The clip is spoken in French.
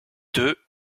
deux